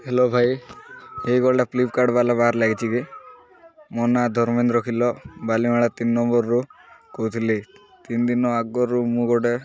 hello ଭାଇ ଏଇ ଗୋଟେ ଫ୍ଲିପକାର୍ଟ ବାଲା ବାର୍ ଲାଗିଛି କି ମୋ ନାଁ ଧର୍ମେନ୍ଦ୍ର କିଲ ବାଲିମେଳା ତିନି ନମ୍ବର୍ରୁ କହୁଥିଲି ତିନି ଦିନ ଆଗରୁ ମୁଁ ଗୋଟେ